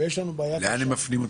יש לנו בעיה קשה --- לאן הם מפנים אותם?